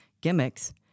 gimmicks